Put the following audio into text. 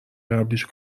قبلیش